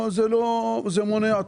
אם אתה חדש